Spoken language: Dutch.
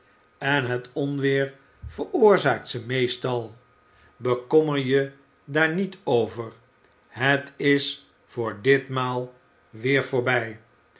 en het onweer veroorzaakt ze meestal bekommer je daar niet over het is voor ditmaal weer voorbij